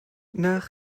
nach